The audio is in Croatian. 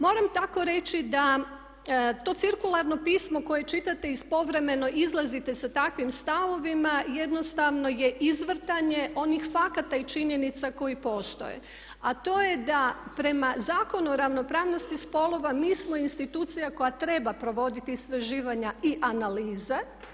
Moram tako reći da to cirkularno pismo koje čitate i povremeno izlazite sa takvim stavovima jednostavno je izvrtanje onih fakata i činjenica koji postoje, a to je da prema Zakonu o ravnopravnosti spolova mi smo institucija koja treba provoditi istraživanja i analize.